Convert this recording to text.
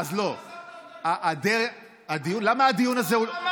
לא מה שהם אמרו, לא מה שהם אמרו.